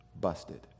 busted